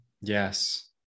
Yes